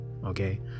okay